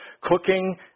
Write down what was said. Cooking